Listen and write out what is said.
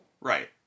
Right